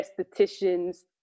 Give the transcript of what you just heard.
estheticians